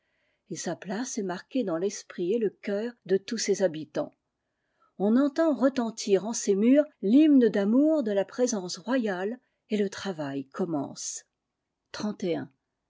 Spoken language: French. et sa place est marquée dans l'esprit et le cœur de tous ses habitants on entend retentir en ses murs l'hymne d'amour de la présence royale et le travail commence